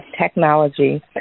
Technology